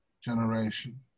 generation